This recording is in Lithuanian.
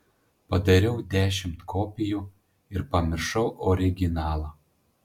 padariau dešimt kopijų ir pamiršau originalą